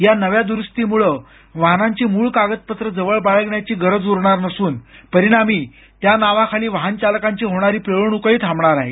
या नव्या दुरुस्तीमुळ वाहनांची मूळ कागदपत्र जवळ बाळगण्याची गरज उरणार नसून परिणामी त्या नावाखाली वाहन चालकांची होणारी पिळवणूकही थांबणार आहे